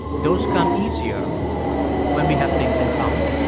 those come easier when we have things in common